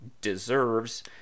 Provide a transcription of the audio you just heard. deserves